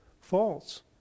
False